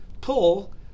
pull